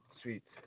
sweet